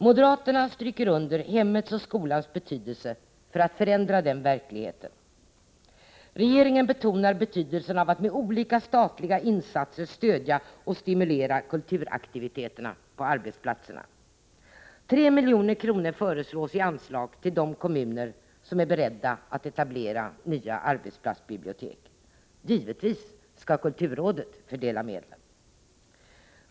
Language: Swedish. Moderaterna stryker under hemmets och skolans betydelse för att förändra den verkligheten. Regeringen betonar betydelsen av att med olika statliga insatser stödja och stimulera kulturaktiviteterna på arbetsplatserna. 3 milj.kr. föreslås i anslag till de kommuner som är beredda att etablera nya arbetsplatsbibliotek. Givetvis skall kulturrådet fördela medlen.